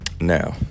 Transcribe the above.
now